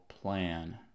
plan